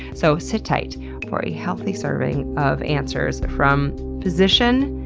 so sit tight for a healthy serving of answers from physician,